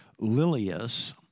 Lilius